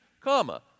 comma